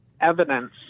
evidence